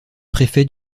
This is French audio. préfet